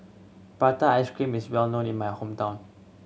prata ice cream is well known in my hometown